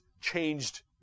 changed